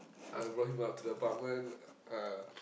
I brought him up to the apartment